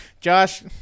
Josh